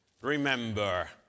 Remember